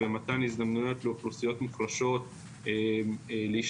ומתן הזדמנויות לאוכלוסיות מוחלשות להשתלב